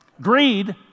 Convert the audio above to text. Greed